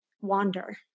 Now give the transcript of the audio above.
Wander